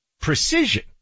precision